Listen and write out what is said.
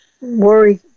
worry